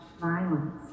violence